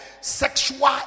sexual